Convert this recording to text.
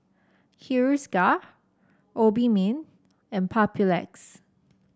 Hiruscar Obimin and Papulex